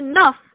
enough